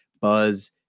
buzz